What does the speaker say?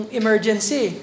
emergency